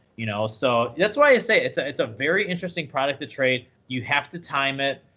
you know so that's why i say, it's it's a very interesting product to trade. you have to time it.